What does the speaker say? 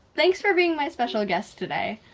thanks for being my special guest today.